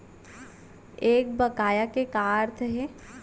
एक बकाया के का अर्थ हे?